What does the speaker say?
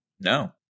No